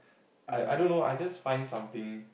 I I don't know I just find something